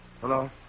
Hello